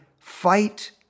fight